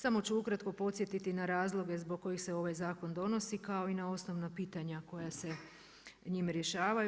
Samo ću ukratko podsjetiti na razloge zbog kojih se ovaj zakon donosi kao i na osnovna pitanja koja se njim rješavaju.